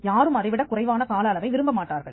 யாரும் அதை விடக் குறைவான கால அளவை விரும்ப மாட்டார்கள்